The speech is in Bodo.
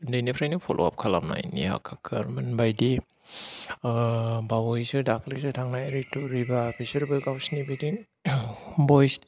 उन्दैनिफ्रायनो फल' आप खालामनाय नेहा काक्कारमोन बायदि बावैसो दाख्लैसो थांनाय रितु रिबा बिसोरबो गावसोरनि बिदि भइस